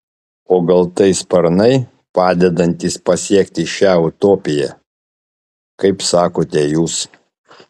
o gal tai sparnai padedantys pasiekti šią utopiją kaip sakote jūs